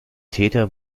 täter